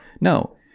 no